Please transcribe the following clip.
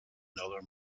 another